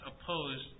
opposed